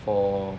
for